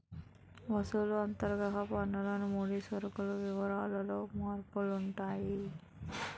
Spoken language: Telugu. వస్తువు అంతర్గత పన్నులు ముడి సరుకులు విలువలలో మార్పులు ఉంటాయి